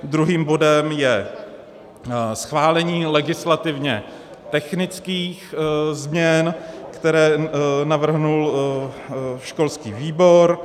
Druhým bodem je schválení legislativně technických změn, které navrhl školský výbor.